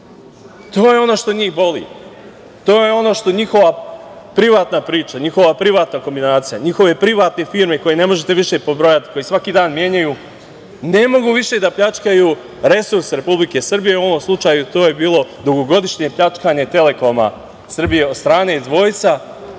je ono što njih boli, to je ono što je njihova privatna priča, njihova privatna kombinacija, njihove privatne firme koje ne možete više pobrojati, koje svaki dan menjaju, ne mogu više da pljačkaju resurse Republike Srbije, u ovom slučaju to je bilo dugogodišnje pljačkanje „Telekoma Srbije“ od strane Šolaka